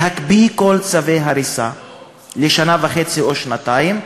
להקפיא את כל צווי ההריסה לשנה וחצי או שנתיים.